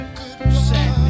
goodbye